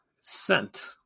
scent